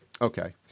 Okay